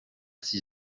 six